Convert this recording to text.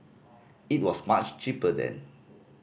it was much cheaper then